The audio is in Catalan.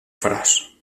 faràs